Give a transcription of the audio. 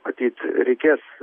matyt reikės